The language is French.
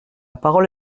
parole